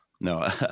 no